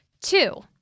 Two